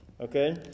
Okay